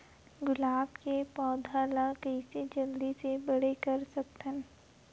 गुलाब के पौधा ल कइसे जल्दी से बड़े कर सकथन?